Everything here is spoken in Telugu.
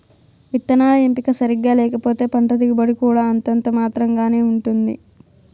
విత్తనాల ఎంపిక సరిగ్గా లేకపోతే పంట దిగుబడి కూడా అంతంత మాత్రం గానే ఉంటుంది